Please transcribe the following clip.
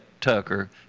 Tucker